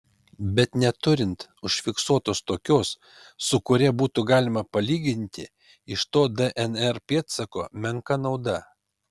bet neturint užfiksuotos tokios su kuria būtų galima palyginti iš to dnr pėdsako menka nauda